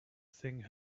thing